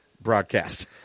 broadcast